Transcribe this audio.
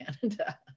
canada